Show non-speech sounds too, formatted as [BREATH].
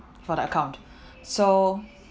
for the account [BREATH] so